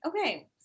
Okay